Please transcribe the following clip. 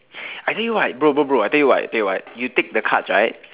I tell you what bro bro bro I tell you what I tell you what you take the cards right